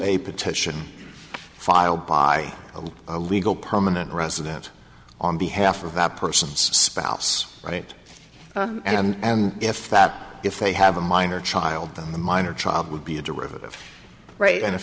a petition filed by a legal permanent resident on behalf of that person's spouse right and if that if they have a minor child the minor child would be a derivative right and